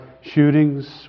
shootings